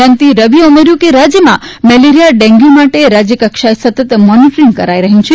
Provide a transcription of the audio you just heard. જયંતિ રવિચ્ચે ઉમેર્યુ કે રાજ્યમાં મેલેરિયા ડેન્ગ્યુ માટે રાજ્ય કક્ષાએથી સતત મોનીટરીંગ કરાઇ રહ્યુ છે